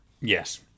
Yes